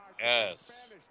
Yes